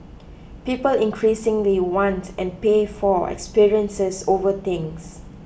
people increasingly want and pay for experiences over things